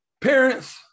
Parents